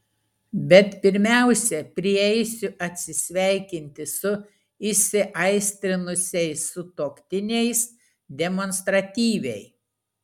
bet pirmiausia prieisiu atsisveikinti su įsiaistrinusiais sutuoktiniais demonstratyviai